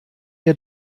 ihr